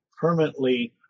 permanently